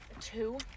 Two